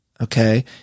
Okay